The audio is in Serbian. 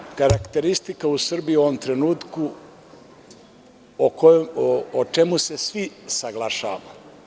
Šta je karakteristika u Srbiji u ovom trenutku, u čemu se svi saglašavamo?